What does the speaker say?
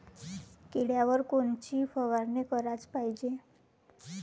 किड्याइवर कोनची फवारनी कराच पायजे?